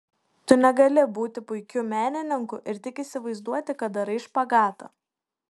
tu negali būti puikiu menininku ir tik įsivaizduoti kad darai špagatą